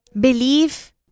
belief